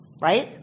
Right